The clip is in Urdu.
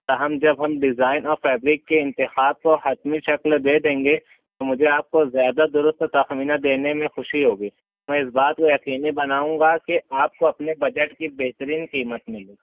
تاہم جب ہم ڈیزائن اور فیبرک کے انتخاب کو حتمی شکل دے دیں گے تو مجھے آپ کو زیادہ ضرورت سے تخمینہ دینے میں خوشی ہوگی میں اس بات کو یقینی بناؤں گا کہ آپ کو اپنے بجٹ کی بہترین قیمت ملے